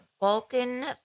Balkan